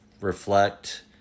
reflect